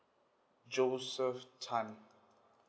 joseph tan